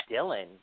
Dylan